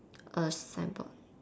a sign board